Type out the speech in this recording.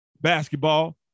basketball